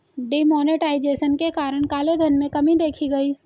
D monetization के कारण काले धन में कमी देखी गई